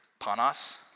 panos